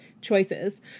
choices